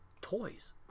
toys